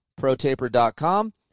ProTaper.com